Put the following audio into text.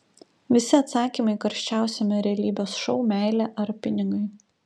visi atsakymai karščiausiame realybės šou meilė ar pinigai